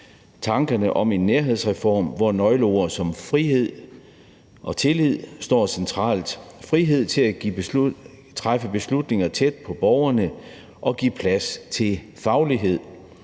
tankerne om en nærhedsreform, hvor nøgleord som frihed og tillid står centralt: frihed til at træffe beslutninger tæt på borgerne og til at give plads til faglighed